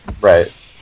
Right